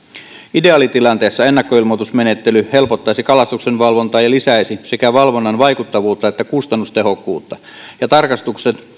ideaalitilanteessa ennakkoilmoitusmenettely helpottaisi kalastuksenvalvontaa ja lisäisi sekä valvonnan vaikuttavuutta että kustannustehokkuutta ja tarkastukset